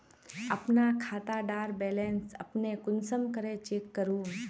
अपना खाता डार बैलेंस अपने कुंसम करे चेक करूम?